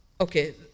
Okay